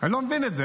אני לא מבין את זה.